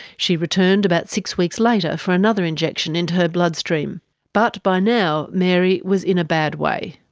she returned about six weeks later for another injection into her bloodstream but by now mary was in a bad way.